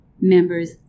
members